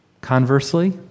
conversely